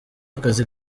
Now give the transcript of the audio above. akazi